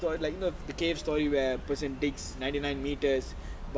for like the the cave story where person takes ninety nine metres